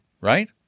right